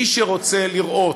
מי שרוצה לראות,